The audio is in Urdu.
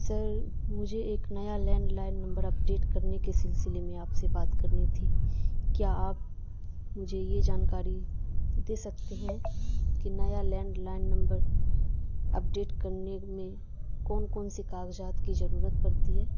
سر مجھے ایک نیا landline number update کرنے کے سلسلے میں آپ سے بات کرنی تھی کیا آپ مجھے یہ جانکاری دے سکتے ہیں کہ نیا landline number update کرنے میں کون کون سے کاغذات کی ضرورت پڑتی ہے